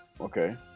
okay